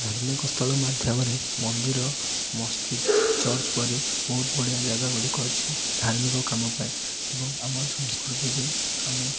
ଧାର୍ମିକ ସ୍ଥଳ ମାଧ୍ୟମରେ ମନ୍ଦିର ମସଜିଦ୍ ଚର୍ଚ୍ଚ ପରି ବହୁତ ବଢ଼ିଆ ଜାଗା ଗୁଡ଼ିକ ଅଛି ଧାର୍ମିକ କାମ ପାଇଁ ଏବଂ ଆମ ସଂସ୍କୃତି ଯେ ଆମେ